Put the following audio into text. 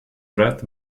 rat